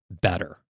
better